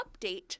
update